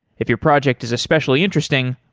if your project is especially interesting,